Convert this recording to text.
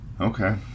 Okay